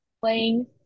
playing